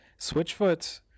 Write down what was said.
Switchfoot